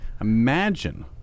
imagine